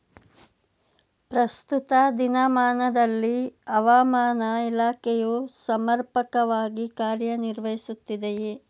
ಪ್ರಸ್ತುತ ದಿನಮಾನದಲ್ಲಿ ಹವಾಮಾನ ಇಲಾಖೆಯು ಸಮರ್ಪಕವಾಗಿ ಕಾರ್ಯ ನಿರ್ವಹಿಸುತ್ತಿದೆಯೇ?